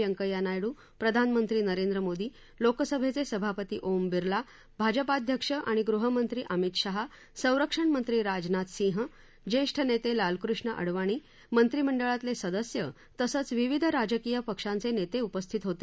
व्यक्ख्या नायडू प्रधानमत्तीनरेंद्र मोदी लोकसभेचे सभापती ओम बिर्ला भाजपाध्यक्ष आणि गृहमक्ती अमित शहा सर्विणमक्ती राजनाथ सिद्ध ज्येष्ठ नेते लालकृष्ण अडवाणी मक्तिछ्ळातले सदस्य तसंच विविध राजकीय पक्षानेते उपस्थित होते